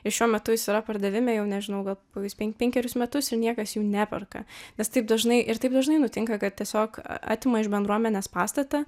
ir šiuo metu jis yra pardavime jau nežinau gal kokius penkerius metus ir niekas jų neperka nes taip dažnai ir taip dažnai nutinka kad tiesiog atima iš bendruomenės pastatą